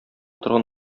торган